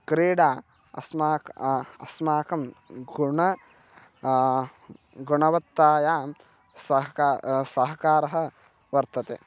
क्रीडा अस्माकं अस्माकं गुणः गुणवत्तायां सहकारः सहकारः वर्तते